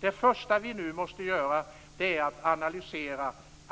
Det första vi nu måste göra är att analysera.